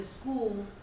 school